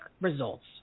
results